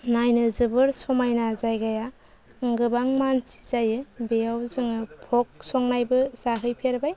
नायनो जोबोर समायना जायगाया गोबां मानसि जायो बेयाव जोङो भग संनायबो जाहैफेरबाय